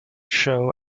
show